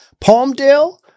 Palmdale